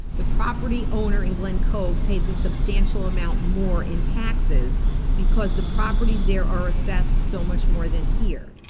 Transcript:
the property owner in glen cove pays a substantial amount more in taxes because the properties there are assessed so much more than here.